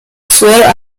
swear